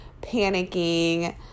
panicking